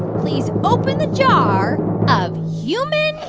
please open the jar of human